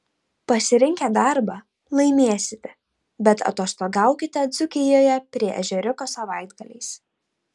pasirinkę darbą laimėsite bet atostogaukite dzūkijoje prie ežeriuko savaitgaliais